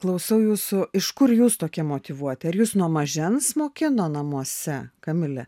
klausau jūsų iš kur jūs tokie motyvuoti ar jus nuo mažens mokino namuose kamile